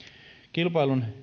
kilpailun